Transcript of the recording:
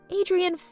Adrian